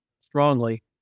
strongly